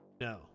No